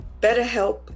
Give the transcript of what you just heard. BetterHelp